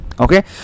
okay